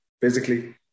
physically